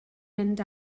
mynd